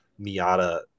Miata